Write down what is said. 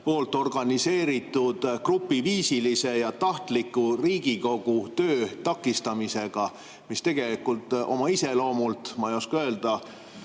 organiseeritud grupiviisilise ja tahtliku Riigikogu töö takistamisega, mis tegelikult oma iseloomult – ma ei oska öelda,